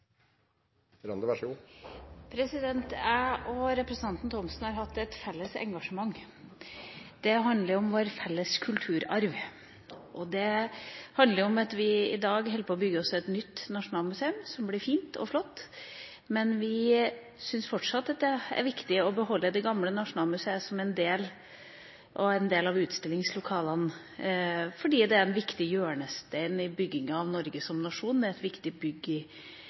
Thomsen har hatt et felles engasjement. Det handler om vår felles kulturarv. Det handler om at vi i dag holder på å bygge et nytt nasjonalmuseum som blir fint og flott, men vi syns fortsatt at det er viktig å beholde det gamle Nasjonalmuseet som en del av utstillingslokalene fordi det er en viktig hjørnestein i bygginga av Norge som nasjon, det er et viktig bygg i